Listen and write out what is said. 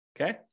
Okay